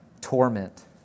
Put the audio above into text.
torment